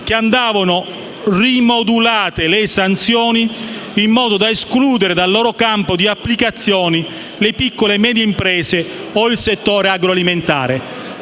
che dovevano essere rimodulate le sanzioni, in modo da escludere dal loro campo di applicazione le piccole e medie imprese o il settore agroalimentare.